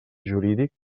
jurídic